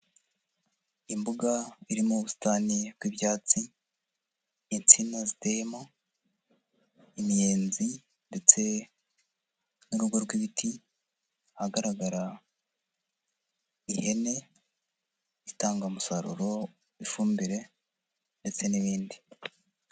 Imbuga irimo ubusitani bw'ibyatsi, insina ziteyemo, inyenzi ndetse n'urugo rw'ibiti ahagaragara ihene itanga umusaruro w'ifumbire ndetse n'ibindi.